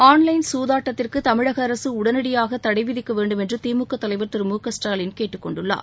online சூதாட்டத்திற்கு தமிழக அரசு உடனடியாக தடை விதிக்க வேண்டும் என்று திமுக தலைவர் திரு மு க ஸ்டாலின் கேட்டுக்கொண்டுள்ளார்